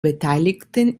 beteiligten